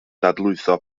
dadlwytho